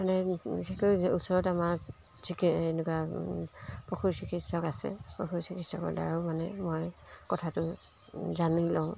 মানে বিশেষকৈ ওচৰত আমাৰ যি কি এনেকুৱা পশুৰ চিকিৎসক আছে পশুৰ চিকিৎসকৰ দ্বাৰাও মানে মই কথাটো জানি লওঁ